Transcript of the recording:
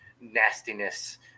nastiness